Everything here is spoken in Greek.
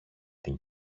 την